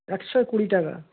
একশো কুড়ি টাকা